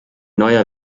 neuer